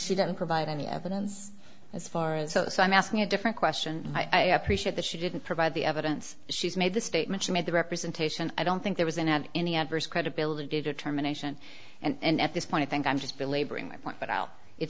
she didn't provide any evidence as far as so so i'm asking a different question i appreciate that she didn't provide the evidence she's made the statement she made the representation i don't think there was in had any adverse credibility determination and at this point i think i'm just